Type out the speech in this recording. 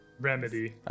Remedy